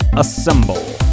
assemble